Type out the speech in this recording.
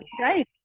right